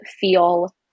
feel